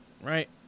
right